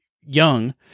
young